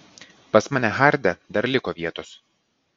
pas mane harde dar liko vietos